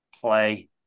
play